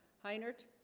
hi nert